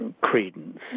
credence